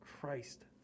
Christ